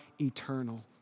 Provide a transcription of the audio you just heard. eternal